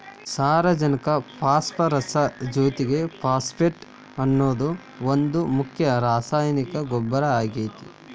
ಸಾರಜನಕ ಪಾಸ್ಪರಸ್ ಜೊತಿಗೆ ಫಾಸ್ಫೇಟ್ ಅನ್ನೋದು ಒಂದ್ ಮುಖ್ಯ ರಾಸಾಯನಿಕ ಗೊಬ್ಬರ ಆಗೇತಿ